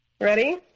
Ready